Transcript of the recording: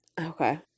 Okay